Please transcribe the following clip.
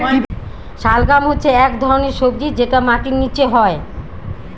শালগাম হচ্ছে এক ধরনের সবজি যেটা মাটির নীচে হয়